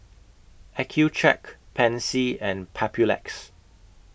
Accucheck Pansy and Papulex